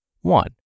One